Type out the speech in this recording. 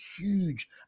huge